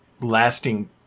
lasting